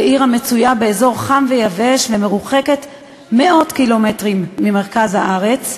כעיר המצויה באזור חם ויבש ומרוחקת מאות קילומטרים ממרכז הארץ,